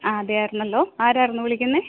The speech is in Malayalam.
ആ അതെയായിരുന്നല്ലോ ആരായിരുന്നു വിളിക്കുന്നത്